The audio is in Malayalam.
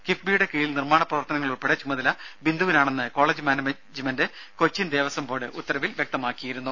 കിഫ്ബിയുടെ കീഴിൽ നിർമ്മാണ പ്രവർത്തനങ്ങൾ ഉൾപ്പെടെ ചുമതല ബിന്ദുവിനാണെന്ന് college management Cochin Devaswom board ഉത്തരവിൽ വ്യക്തമാക്കിയിരുന്നു